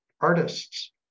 artists